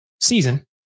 season